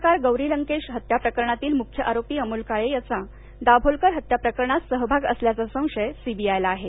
पत्रकार गौरी लंकेश हत्या प्रकरणातील मुख्य आरोपी अमोल काळे याचा दाभोळकर हत्या प्रकरणात सहभाग असल्याचा संशय सीवीआयला आहे